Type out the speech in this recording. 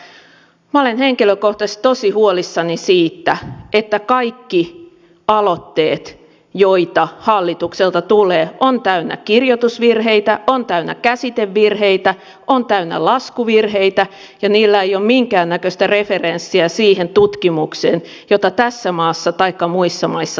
minä olen henkilökohtaisesti tosi huolissani siitä että kaikki aloitteet joita hallitukselta tulee ovat täynnä kirjoitusvirheitä ovat täynnä käsitevirheitä ovat täynnä laskuvirheitä ja niillä ei ole minkäännäköistä referenssiä siihen tutkimukseen jota tässä maassa taikka muissa maissa tehdään